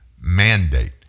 mandate